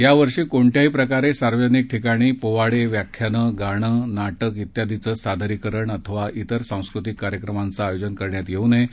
यावर्षी कोणत्याही प्रकारे सार्वजनिक ठिकाणी पोवाडे व्याख्यान गाणे नाटक इत्यादींचे सादरीकरण अथवा इतर सांस्कृतिक कार्यक्रमांचं आयोजन करण्यात येऊ नये